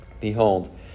Behold